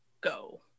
go